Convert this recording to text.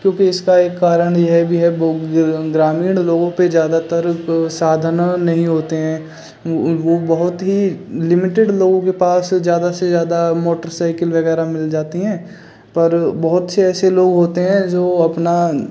क्योंकि इसका एक कारण यह भी है ग्रामीण लोगों पर ज़्यादातर साधन नहीं होते हैं वे बहुत ही लिमिटेड लोगों के पास ज़्यादा से ज़्यादा मोटरसइकिल वग़ैरह मिल जाती हैं पर बहुत से ऐसे लोग होते हैं जो अपना